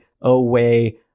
away